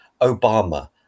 Obama